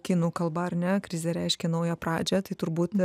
kinų kalba ar ne krizė reiškia naują pradžią tai turbūt